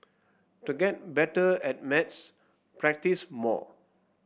to get better at maths practise more